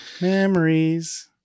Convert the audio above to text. memories